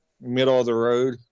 middle-of-the-road